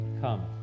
Come